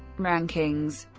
rankings